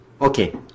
Okay